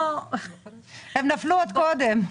הם נפלו עוד קודם.